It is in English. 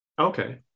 Okay